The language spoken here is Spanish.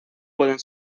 pueden